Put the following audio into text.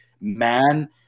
man –